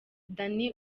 danny